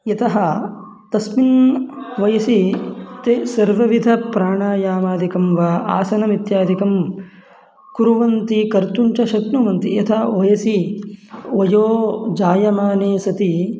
यतः तस्मिन् वयसि ते सर्वविध प्राणायामादिकं वा आसनमित्यादिकं कुर्वन्ति कर्तुं च शक्नुवन्ति यथा वयसि वयो जायमाने सति